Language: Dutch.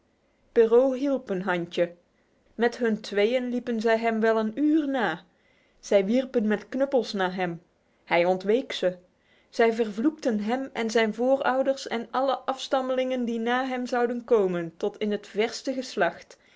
perrault hielp een handje met hun tweeën liepen zij hem wel een uur na zij wierpen met knuppels naar hem hij ontweek ze zij vervloekten hem en zijn voorouders en alle afstammelingen die na hem zouden komen tot in het verste geslacht